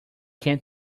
can